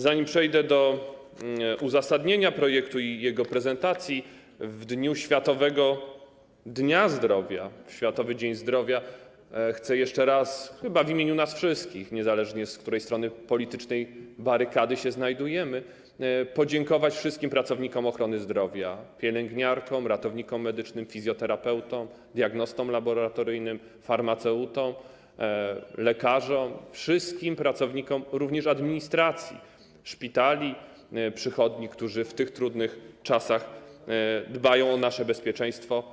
Zanim przejdę do uzasadnienia projektu i jego prezentacji, w Światowy Dzień Zdrowia chcę jeszcze raz, chyba w imieniu nas wszystkich, niezależnie, z której strony politycznej barykady się znajdujemy, podziękować wszystkim pracownikom ochrony zdrowia: pielęgniarkom, ratownikom medycznym, fizjoterapeutom, diagnostom laboratoryjnym, farmaceutom, lekarzom, również wszystkim pracownikom administracji szpitali, przychodni, którzy w tych trudnych czasach dbają o nasze bezpieczeństwo.